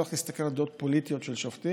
לא הולך להסתכל על דעות פוליטיות של שופטים.